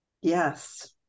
Yes